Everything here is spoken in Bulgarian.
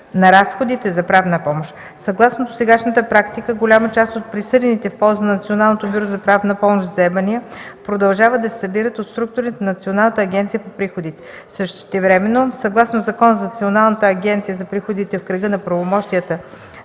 на разходите за правна помощ. Съгласно досегашната практика голяма част от присъдените в полза на Националното бюро за правна помощ вземания, продължават да се събират от структурите на Националната агенция по приходите. Същевременно съгласно Закона за Националната агенция за приходите, в кръга на правомощията